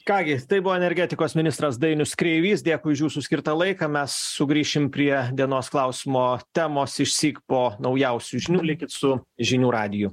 ką gi tai buvo energetikos ministras dainius kreivys dėkui už jūsų skirtą laiką mes sugrįšim prie dienos klausimo temos išsyk po naujausių žinių likit su žinių radiju